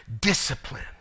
Discipline